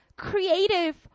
Creative